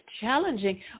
challenging